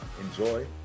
enjoy